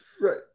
Right